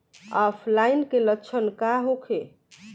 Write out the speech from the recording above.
ऑफलाइनके लक्षण का होखे?